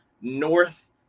north